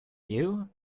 you